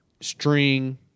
string